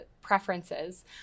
preferences